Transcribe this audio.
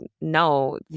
no